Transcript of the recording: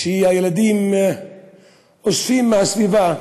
שבו הילדים אוספים מהסביבה,